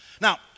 Now